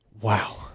Wow